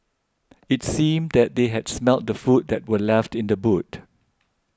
it seemed that they had smelt the food that were left in the boot